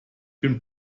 bin